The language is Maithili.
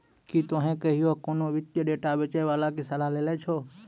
कि तोहें कहियो कोनो वित्तीय डेटा बेचै बाला के सलाह लेने छो?